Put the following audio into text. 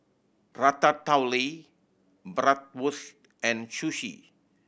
Ratatouille Bratwurst and Sushi